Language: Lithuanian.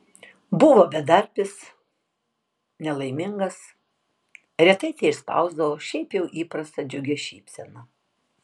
buvo bedarbis nelaimingas retai teišspausdavo šiaip jau įprastą džiugią šypseną